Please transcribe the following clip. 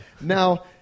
Now